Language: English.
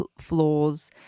flaws